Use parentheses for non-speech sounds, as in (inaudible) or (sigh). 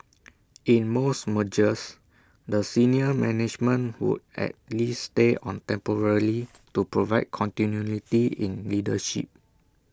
(noise) in most mergers the senior management would at least stay on temporarily (noise) to provide continuity in leadership